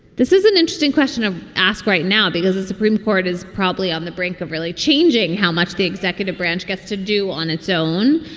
this is an interesting question to ask right now because the supreme court is probably on the brink of really changing how much the executive branch gets to do on its own.